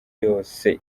yose